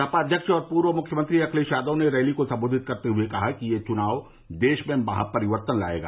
सपा अव्यक्ष और पूर्व मुख्यमंत्री अखिलेश यादव ने रैली को संबोधित करते हुए कहा कि यह चुनाव देश में महापरिवर्तन लायेगा